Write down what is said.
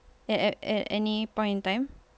like at at any point in time